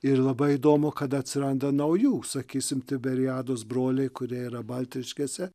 ir labai įdomu kad atsiranda naujų sakysim tiberiados broliai kurie yra baltriškėse